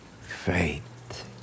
faith